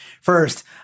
First